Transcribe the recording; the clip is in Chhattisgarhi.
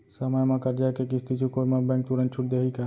समय म करजा के किस्ती चुकोय म बैंक तुरंत छूट देहि का?